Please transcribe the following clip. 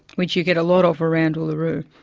which you get a lot of around uluru.